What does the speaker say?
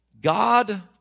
God